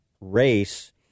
race